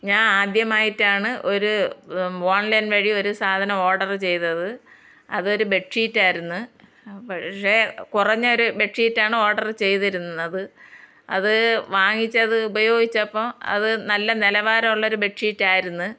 ഞാൻ ആദ്യമായിട്ടാണ് ഒര് ഓൺലൈൻ വഴി ഒരു സാധനം ഓർഡറ് ചെയ്തത് അതൊരു ബെഡ്ഷീറ്റ് ആയിരുന്ന് പക്ഷെ കുറഞ്ഞൊരു ബെഡ്ഷീറ്റാണ് ഓർഡറ് ചെയ്തിരുന്നത് അത് വാങ്ങിച്ചത് ഉപയോഗിച്ചപ്പോൾ അത് നല്ല നിലവാരമുള്ള ഒരു ബെഡ്ഷീറ്റ് ആയിരുന്നു